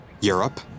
Europe